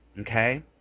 Okay